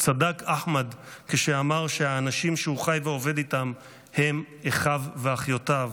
צדק אחמד כשאמר שהאנשים שהוא חי ועובד איתם הם אחיו ואחיותיו,